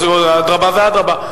אדרבה ואדרבה.